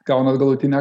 gauna galutinę